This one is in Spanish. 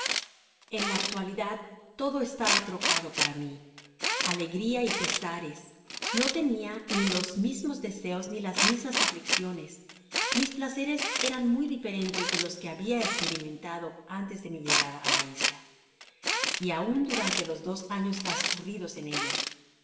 en la actualidad todo estaba trocado para mi alegria y pesares no tenia ni los mismos deseos ni las mismas aflicciones mis placeres eran muy diferentes de los que habia esperimentado antes de mi llegada á la isla y aun durante los dos años transcurridos en ella